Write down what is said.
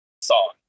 song